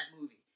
movie